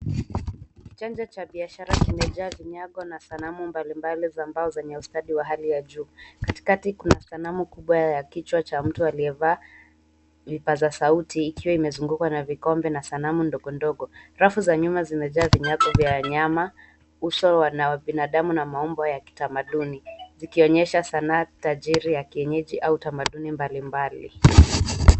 Chanja cha biashara kimejaa vinyago na sanamu mbalimbali za mbao zenye ustadi wa hali ya juu. Katikati kuna sanamu kubwa ya kichwa cha mtu aliyevaa vipaza sauti ikiwa imezungukwa na vikombe na sanamu ndogondogo. Rafu za nyuma zimejaa vinywazo vya wanyama, uso wa binadamu na maumbo ya kitamaduni zikionyesha sanaa tajiri ya kienyeji au tamaduni mbalimbali.